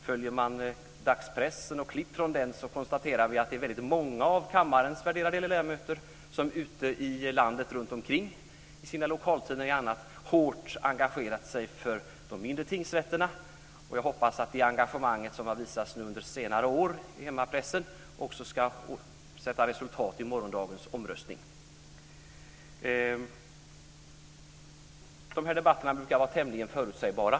Följer vi dagspressen och klipp från den konstaterar vi att det är väldigt många av kammarens värderade ledamöter runtomkring ute i landet som i sina lokaltidningar och annat engagerat sig hårt för de mindre tingsrätterna. Jag hoppas att det engagemang som har visats nu under senare år i hemmapressen också ska avsätta resultat i morgondagens omröstning. De här debatterna brukar vara tämligen förutsägbara.